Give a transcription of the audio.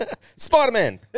Spider-Man